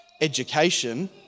education